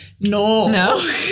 No